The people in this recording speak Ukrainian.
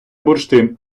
бурштин